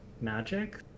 Magic